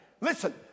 Listen